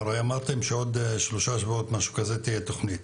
אמרתם שעוד כשלושה שבועות תהיה תוכנית.